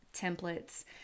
templates